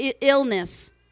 illness